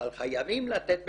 אבל חייבים לתת מידע,